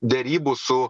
derybų su